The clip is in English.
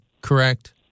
correct